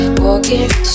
walking